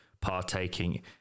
partaking